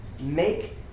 make